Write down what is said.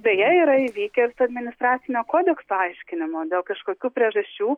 beje yra įvykę ir su administracinio kodekso aiškinimu dėl kažkokių priežasčių